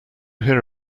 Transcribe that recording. hear